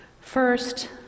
First